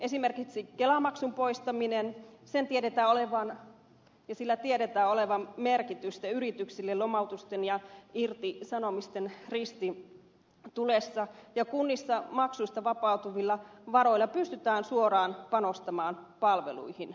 esimerkiksi kelamaksun poistamisella tiedetään olevan merkitystä yrityksille lomautusten ja irtisanomisten ristitulessa ja kunnissa maksuista vapautuvilla varoilla pystytään suoraan panostamaan palveluihin